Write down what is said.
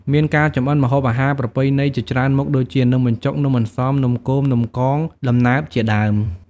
មានការចម្អិនម្ហូបអាហារប្រពៃណីជាច្រើនមុខដូចជា នំបញ្ចុក នំអន្សម នំគម នំកង ដំណើបជាដើម។